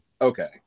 okay